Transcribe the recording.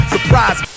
Surprise